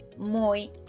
Muy